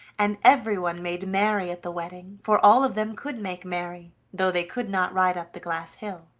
and everyone made merry at the wedding, for all of them could make merry, though they could not ride up the glass hill,